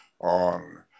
on